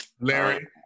Larry